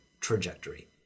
trajectory